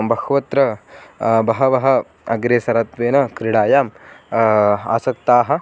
बहुत्र बहवः अग्रेसरत्वेन क्रीडायाम् आसक्ताः